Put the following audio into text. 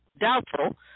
Doubtful